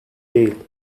değil